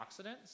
antioxidants